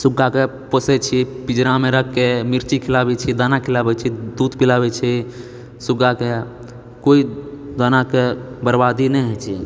सुग्गाके पोषय छी पिजड़ामे राखिके मिर्ची खिलाबए छी दाना खिलाबए छी दूध पिलाबए छी सुग्गाके कोइ दानाके बर्बादी नहि होइत छै